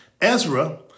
Ezra